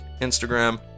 Instagram